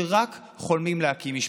שרק חולמים להקים משפחה,